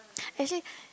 as in